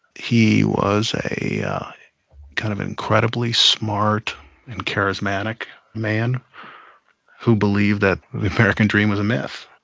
he was a yeah kind of incredibly smart and charismatic man who believed that the american dream was a myth.